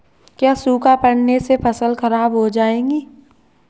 क्या सूखा पड़ने से फसल खराब हो जाएगी?